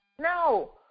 No